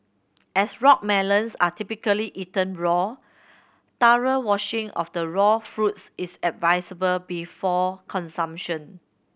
as rock melons are typically eaten raw thorough washing of the raw fruits is advisable before consumption